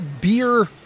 Beer